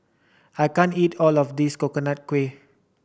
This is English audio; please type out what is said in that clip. I can't eat all of this Coconut Kuih